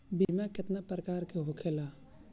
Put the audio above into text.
बीमा केतना प्रकार के होखे ला?